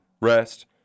rest